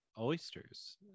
oysters